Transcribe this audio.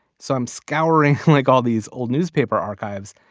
so i'm scouring like all these old newspaper archives.